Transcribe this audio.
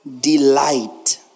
delight